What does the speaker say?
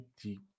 deep